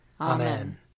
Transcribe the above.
Amen